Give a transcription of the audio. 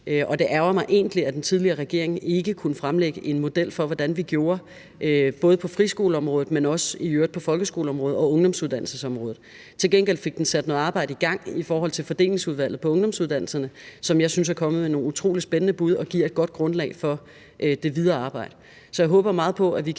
mig egentlig, at den tidligere regering ikke kunne fremlægge en model for, hvordan vi gjorde, både på friskoleområdet, men i øvrigt også på folkeskoleområdet og ungdomsuddannelsesområdet. Til gengæld fik den sat noget arbejde i gang i forhold til fordelingsudvalget på ungdomsuddannelserne, som jeg synes er kommet med nogle utrolig spændende bud og giver et godt grundlag for det videre arbejde. Så jeg håber meget på, at vi kan